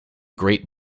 great